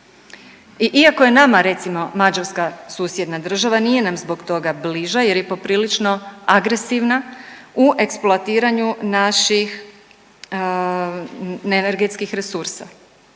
iako je nama recimo Mađarska susjedna država nije nam zbog toga bliža jer je poprilično agresivno u eksploatiranju naših ne energetskih resursa,